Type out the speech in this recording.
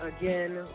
again